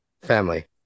family